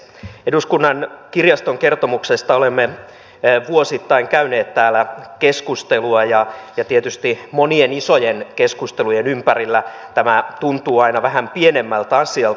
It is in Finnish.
eduskunnan kirjaston kertomuksesta olemme vuosittain käyneet täällä keskustelua ja tietysti monien isojen keskustelujen ympärillä tämä tuntuu aina vähän pienemmältä asialta